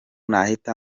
nahita